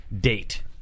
date